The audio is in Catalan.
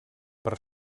per